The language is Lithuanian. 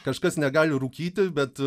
kažkas negali rūkyti bet